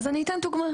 אז אני אתן דוגמא.